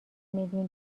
میلیون